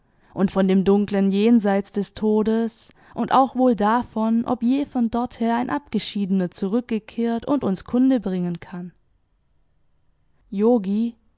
und von dem dunklen jenseits des todes und auch wohl davon ob je von dorther ein abgeschiedener zurückkehrt und uns kunde bringen kann yogi